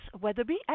Weatherby